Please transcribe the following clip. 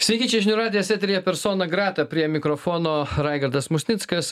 sveiki čia žinių radijas eteryje persona grata prie mikrofono raigardas musnickas